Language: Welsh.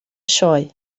sioe